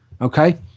Okay